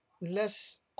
less